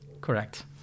Correct